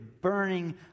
burning